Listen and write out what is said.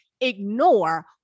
Ignore